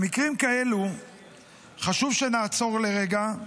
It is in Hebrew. במקרים כאלו חשוב שנעצור לרגע,